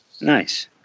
Nice